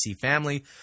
family